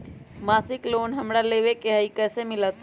मासिक लोन हमरा लेवे के हई कैसे मिलत?